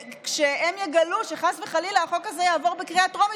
והם יגלו שחס וחלילה החוק הזה יעבור בקריאה טרומית